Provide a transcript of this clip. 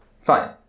fine